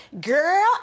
girl